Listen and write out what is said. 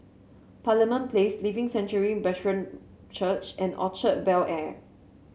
Parliament Place Living Sanctuary Brethren Church and Orchard Bel Air